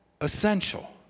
essential